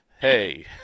Hey